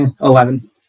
Eleven